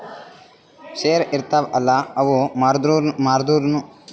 share ಇರ್ತಾವ್ ಅಲ್ಲ ಅವು ಮಾರ್ದುರ್ನು ರೊಕ್ಕಾ ಸಿಗಲ್ಲ ಅದ್ದುಕ್ ಲಿಕ್ವಿಡಿಟಿ ರಿಸ್ಕ್ ಅಂತಾರ್